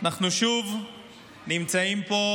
אנחנו שוב נמצאים פה,